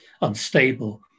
unstable